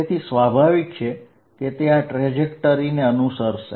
તેથી સ્વાભાવિક છે કે તે આ પથ ને અનુસરશે